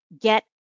get